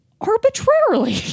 arbitrarily